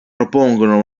propongono